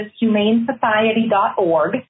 humanesociety.org